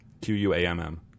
Q-U-A-M-M